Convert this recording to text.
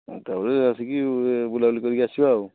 ଅଁ ତା'ପରେ ଆସିକି ଇଏ ବୁଲାବୁଲି କରିକି ଆସିବା ଆଉ